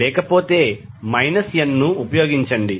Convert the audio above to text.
లేకపోతే n ఉపయోగించండి